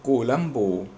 Colombo